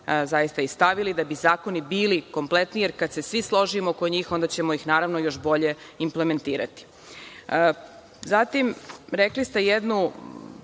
zaista i stavili, da bi zakoni bili kompletni, jer kada se svi složimo oko njih, onda ćemo ih, naravno, još bolje implementirati. Zatim, greškom ste se